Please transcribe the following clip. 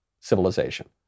civilization